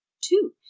two